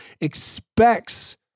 expects